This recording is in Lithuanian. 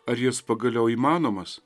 ar jis pagaliau įmanomas